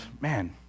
man